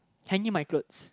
hanging my clothes